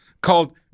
called